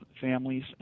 families